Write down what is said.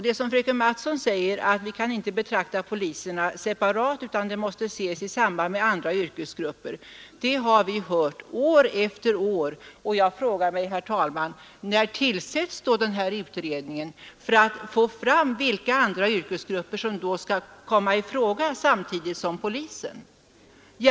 Det som fröken Mattson säger — att vi inte kan betrakta poliserna separat utan måste se dem i samband med andra yrkesgrupper — har vi hört år efter år och jag frågar, herr talman: när tillsätts då den här utredningen som skall få fram vilka andra yrkesgrupper som skall komma i fråga samtidigt som poliserna?